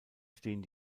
stehen